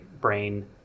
brain